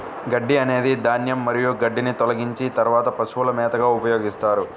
గడ్డి అనేది ధాన్యం మరియు గడ్డిని తొలగించిన తర్వాత పశువుల మేతగా ఉపయోగిస్తారు